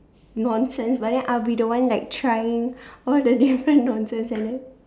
nonsense but then I'll be the one like trying all the different nonsense and then